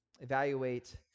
evaluate